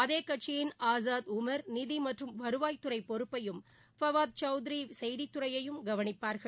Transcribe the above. அதே கட்சியின் ஆசாத்உம் நிதி மற்றம் வருவாய்த்துறை பொறுப்பையும் ஃபவாத் சௌத்ரி செய்தித்துறையையும் கவனிப்பாா்கள்